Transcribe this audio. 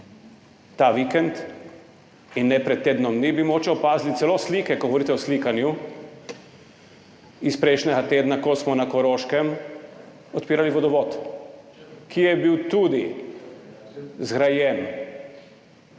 ta vikend in ne pred tednom dni, bi mogoče opazili celo slike, ko govorite o slikanju, iz prejšnjega tedna, ko smo na Koroškem odpirali vodovod, ki je bil tudi zgrajen